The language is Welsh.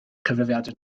cyfrifiadur